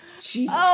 Jesus